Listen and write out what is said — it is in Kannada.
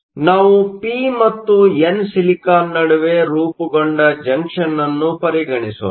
ಆದ್ದರಿಂದ ನಾವು ಪಿ ಮತ್ತು ಎನ್ ಸಿಲಿಕಾನ್ ನಡುವೆ ರೂಪುಗೊಂಡ ಜಂಕ್ಷನ್ ಅನ್ನು ಪರಿಗಣಿಸೋಣ